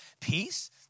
peace